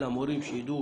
אלא מורים שידעו,